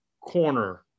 corner